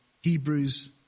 Hebrews